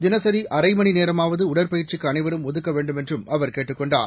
தினசி அரை மணி நேரமாவது உடற்பயிற்சிக்கு அனைவரும் ஒதுக்க வேண்டுமென்றம் அவர் கேட்டுக் கொண்டார்